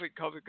COVID